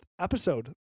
episode